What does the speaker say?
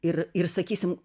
ir ir sakysim